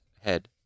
head